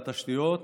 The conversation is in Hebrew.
התשתיות.